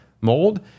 mold